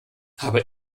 habe